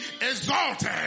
exalted